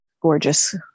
gorgeous